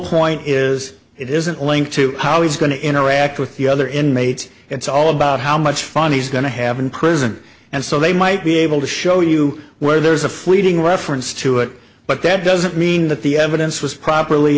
point is it isn't linked to how he's going to interact with the other inmates it's all about how much fun he's going to have in prison and so they might be able to show you where there's a fleeting reference to it but that doesn't mean that the evidence was properly